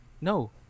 No